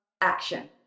action